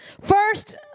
First